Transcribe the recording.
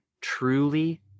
truly